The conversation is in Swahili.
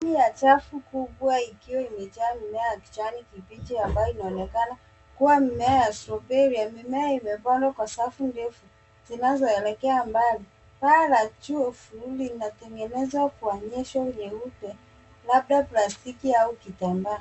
Ndani ya chafu kubwa ikiwa imejaa mimea ya kijani kibichi ambayo inaonekana kuwa mimea ya strawberry . Mimea imepandwa kwa safu ndefu zinazoelekea mbali. Paa la juu vinatengenezwa kwa nyenzo nyeupe labda plastiki au kitambaa.